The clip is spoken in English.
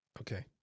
Okay